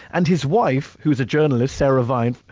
and his wife, who is a journalist, sarah vine,